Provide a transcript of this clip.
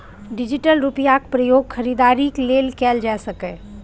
digital रुपैयाक प्रयोग खरीदारीक लेल कएल जा सकैए